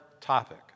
topic